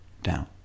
down